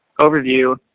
overview